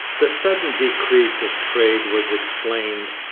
the sudden decrease of trade was explained.